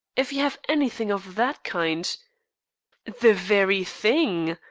if you have anything of that kind the very thing,